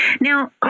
Now